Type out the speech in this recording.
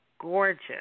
Gorgeous